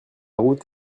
route